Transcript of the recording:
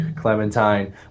Clementine